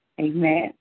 Amen